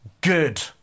good